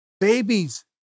Babies